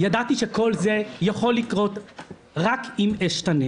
ידעתי שכל זה יכול לקרות רק אם אשתנה